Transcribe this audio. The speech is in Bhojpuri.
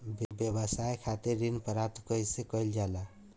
व्यवसाय खातिर ऋण प्राप्त कइसे कइल जाला?